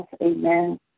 amen